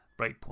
breakpoint